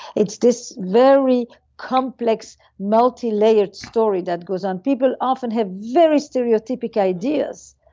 it's this very complex multilayered story that goes on. people often have very stereotypic ideas.